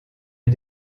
est